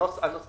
הנוסח